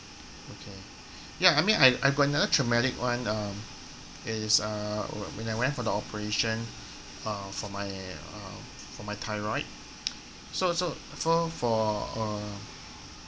okay ya I mean I I got another traumatic one uh is uh w~ when I went for the operation uh for my uh for my thyroid so so so for uh